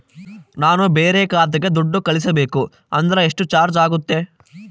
ನಾನು ಬೇರೆ ಖಾತೆಗೆ ದುಡ್ಡು ಕಳಿಸಬೇಕು ಅಂದ್ರ ಎಷ್ಟು ಚಾರ್ಜ್ ಆಗುತ್ತೆ?